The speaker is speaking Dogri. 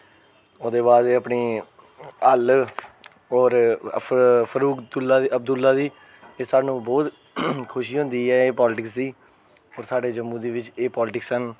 ओह्दे बाद एह् अपनी हल होर फरूक बदूल्ला अबदुल्ला दी एह् सानू बोह्त खुशी होंदी ऐ एह् पालीटिक्स दी होर साढ़े जम्मू दे बिच्च एह् पालीटिकसां न